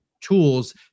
tools